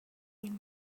with